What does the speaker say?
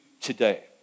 today